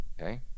okay